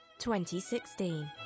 2016